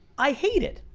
i hated.